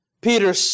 Peter